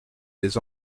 des